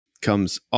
comes